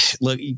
look